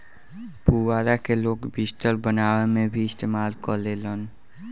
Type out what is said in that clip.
पुआरा के लोग बिस्तर बनावे में भी इस्तेमाल करेलन